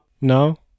No